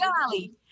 golly